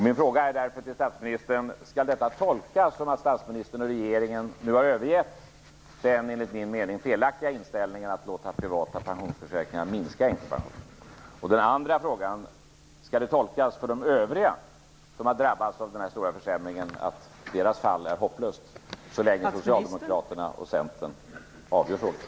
Min fråga till statsministern är därför: Skall detta tolkas så att statsministern och regeringen nu har övergett den enligt min mening felaktiga inställningen att låta privata pensionsförsäkringar minska änkepensionen? Sedan till min andra fråga: Skall detta för de övriga som drabbats av den här stora försämringen tolkas så att det i deras fall är hopplöst så länge Socialdemokraterna och Centern avgör frågan?